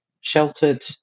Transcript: sheltered